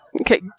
Okay